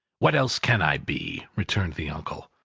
what else can i be, returned the uncle,